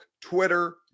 Twitter